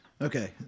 Okay